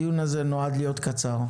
הדיון הזה אמור להיות קצר.